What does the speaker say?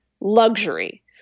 luxury